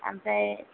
आमफ्राय